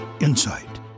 insight